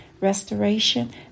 restoration